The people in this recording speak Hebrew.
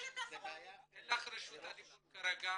אין לך את רשות הדיבור כרגע,